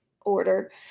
order